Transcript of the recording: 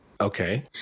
Okay